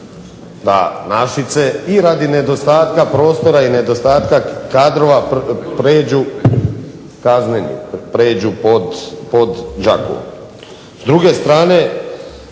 da Našice i radi nedostatka prostora i nedostatka kadrova pređu pod Đakovo.